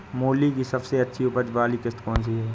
मूली की सबसे अच्छी उपज वाली किश्त कौन सी है?